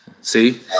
See